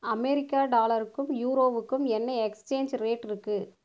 America டாலருக்கும் யூரோவுக்கும் என்ன எக்ஸ்சேஞ்ச் ரேட் இருக்குது